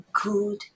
good